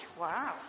Wow